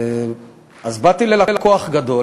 באתי ללקוח גדול.